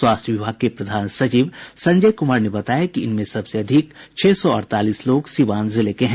स्वास्थ्य विभाग के प्रधान सचिव संजय कुमार ने बताया कि इनमें सबसे अधिक छह सौ अड़तालीस लोग सीवान जिले के हैं